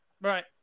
Right